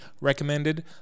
recommended